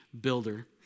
builder